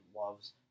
loves